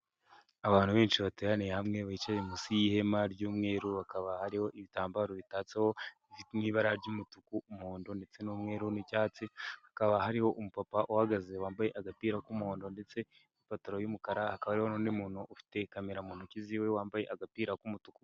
Abantu benshi bateraniye hamwe bicaye munsi y'ihema ry'umweru bakaba hariho ibitambaro bitatseho bifite n'ibara ry'umutuku, umuhondo ndetse n'umweru, n'icyatsi hakaba hariho umupapa uhagaze wambaye agapira k'umuhondo ndetse ipantaro y'umukara akaba n'undi muntu ufite kamera mu ntoki ziwe wambaye agapira k'umutuku.